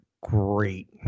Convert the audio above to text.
great